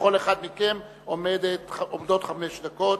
לכל אחד מכם עומדות חמש דקות.